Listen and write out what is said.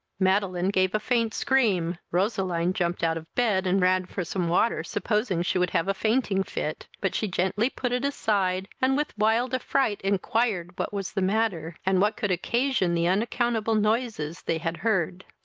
madeline gave a faint scream roseline jumped out of bed, and ran for some water, supposing she would have a fainting fit but she gently put it aside, and with wild affright inquired what was the matter, and what could occasion the unaccountable noises they had heard.